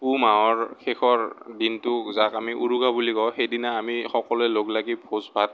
পুহ মাহৰ শেষৰ দিনটো যাক আমি উৰুকা বুলি কওঁ সেইদিনা আমি সকলোৱে লগলাগি ভোজ ভাত